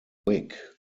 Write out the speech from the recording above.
wick